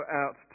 out